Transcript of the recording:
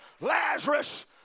Lazarus